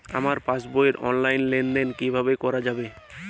আমার পাসবই র অনলাইন লেনদেন কিভাবে করা যাবে?